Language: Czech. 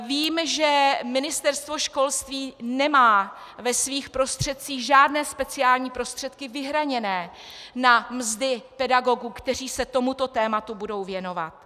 Vím, že Ministerstvo školství nemá ve svých prostředcích žádné speciální prostředky vyhraněné na mzdy pedagogů, kteří se tomuto tématu budou věnovat.